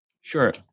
Sure